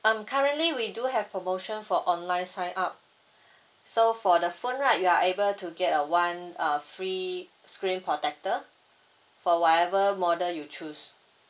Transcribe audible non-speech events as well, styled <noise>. um currently we do have promotion for online sign up <breath> so for the phone right you are able to get uh one uh free screen protector for whatever model you choose